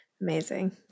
Amazing